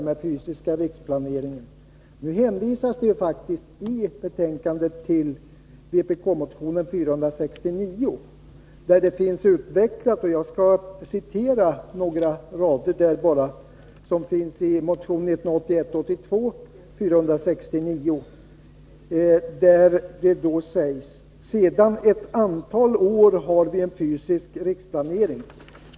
Men i betänkandet hänvisas det faktiskt till vpk-motionen 1981/82:469, där den här frågan utvecklas. Låt mig citera följande ur den motionen: ”Sedan ett antal år har vi en fysisk riksplanering.